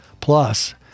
plus